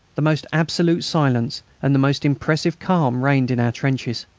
the most absolute silence and the most impressive calm reigned in our trenches.